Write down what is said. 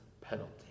penalty